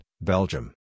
Belgium